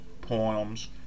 Poems